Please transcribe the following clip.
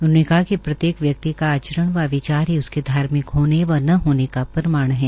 उन्होंने कहा कि प्रत्येक व्यक्ति का आचरण व विचार ही उसके धार्मिक होने व न होने का प्रमाण है